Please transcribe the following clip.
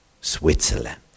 Switzerland